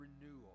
renewal